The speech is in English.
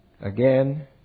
again